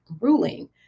ruling